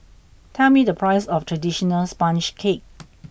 tell me the price of traditional sponge cake